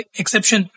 exception